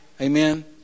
Amen